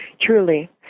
truly